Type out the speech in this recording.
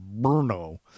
Brno